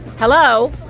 hello.